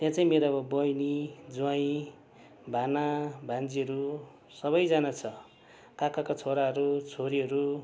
त्यहाँ चाहिँ मेरो अब बहिनी ज्वाइँ भान्जा भान्जीहरू सबैजना छ काकाको छोराहरू छोरीहरू